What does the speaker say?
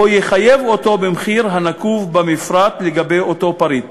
או יחייב אותו במחיר הנקוב במפרט לגבי אותו פריט,